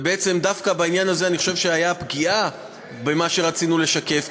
ודווקא בעניין הזה אני חושב שהייתה פגיעה במה שרצינו לשקף,